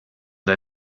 der